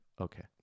Okay